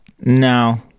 No